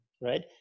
right